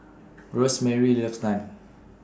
Rosemary loves Naan